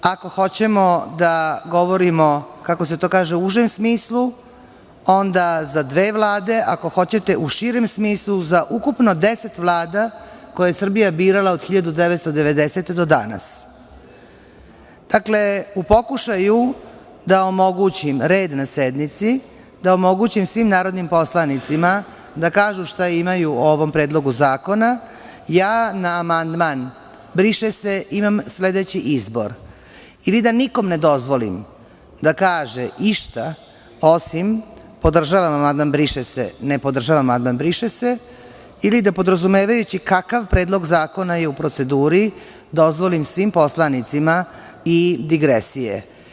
Ako hoćemo da govorimo, kako se to kaže, u užem smislu, onda za dve vlade, a ako hoćete u širem smislu, za ukupno 10 vlada koje je Srbija birala od 1990. godine do danas, dakle, u pokušaju da omogućim red na sednici, da omogućim svim narodnim poslanicima da kažu šta imaju o ovom predlogu zakona, na amandman "briše se" imam sledeći izbor - ili da nikom ne dozvolim da kaže išta osim "podržavam amandman briše se", "ne podržavam amandman briše se", ili da podrazumevajući kakav predlog zakona je u proceduri, dozvolim svim poslanicima i digresije.